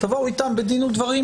תבואו איתם בדין ודברים.